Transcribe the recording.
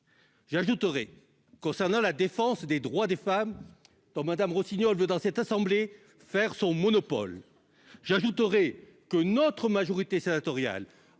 j'ajouterais concernant la défense des droits des femmes, dont Madame Rossignol veut dans cette assemblée, faire son monopole, j'ajouterai que notre majorité sénatoriale